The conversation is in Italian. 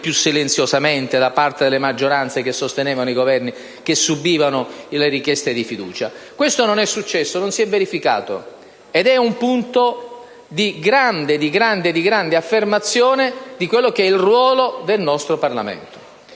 più silenziosamente, da parte delle maggioranze che sostenevano i Governi e che subivano le questioni di fiducia? Questo non è successo, non si è verificato, ed è una dimostrazione di grande, grande, grande affermazione del ruolo del nostro Parlamento.